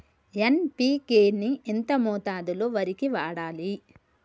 NPK ని ఎంత మోతాదులో వరికి వాడాలి?